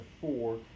four